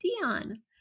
Dion